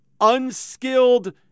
unskilled